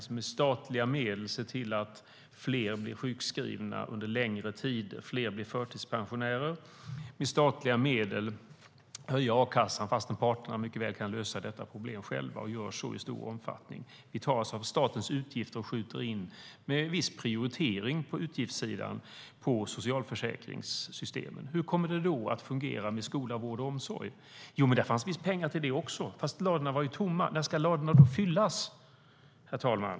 Ska vi med hjälp av statliga medel se till att fler blir sjukskrivna under längre tider, att fler blir förtidspensionärer, att med hjälp av statliga medel höja a-kassan fastän parterna kan lösa problemet själva, och gör så i stor omfattning? Vi tar alltså av statens utgifter och skjuter in, med en viss prioritering på utgiftssidan, på socialförsäkringssystemen. Hur kommer det då att fungera med skola, vård och omsorg? Jo, men där fanns visst pengar också. Fast ladorna var ju tomma. När ska ladorna fyllas, herr talman?